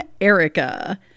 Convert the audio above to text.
Erica